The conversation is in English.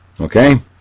Okay